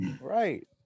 right